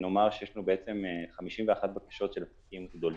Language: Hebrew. יש לנו 51 בקשות של עסקים גדולים.